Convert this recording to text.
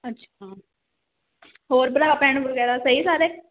ਅੱਛਾ ਹੋਰ ਭਰਾ ਭੈਣ ਵਗੈਰਾ ਸਹੀ ਸਾਰੇ